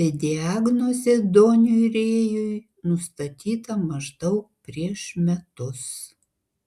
bet diagnozė doniui rėjui nustatyta maždaug prieš metus